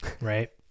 right